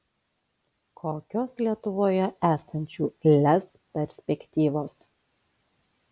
kokios lietuvoje esančių lez perspektyvos